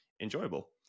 enjoyable